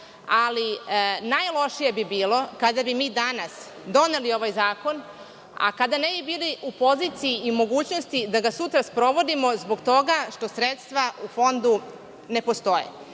Najlošije bi bilo kada bi mi danas doneli ovaj zakon, a kada ne bi bili u poziciji i mogućnosti da ga sutra sprovodimo zbog toga što sredstva u Fondu ne postoje.